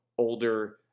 older